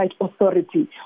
authority